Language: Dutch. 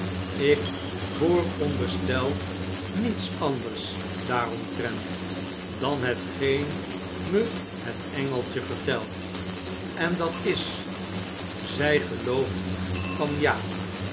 ik vooronderstel niets anders daaromtrent dan hetgeen me het engeltje vertelt en dat is z